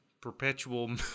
perpetual